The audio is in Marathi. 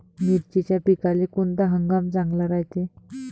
मिर्चीच्या पिकाले कोनता हंगाम चांगला रायते?